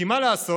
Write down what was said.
כי מה לעשות,